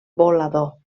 volador